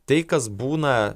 tai kas būna